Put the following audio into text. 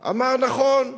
אמר: נכון,